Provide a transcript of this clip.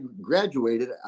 graduated